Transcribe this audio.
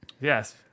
yes